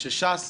שש"ס